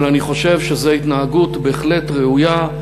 אבל אני חושב שזו התנהגות בהחלט ראויה,